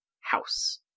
House